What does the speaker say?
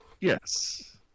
yes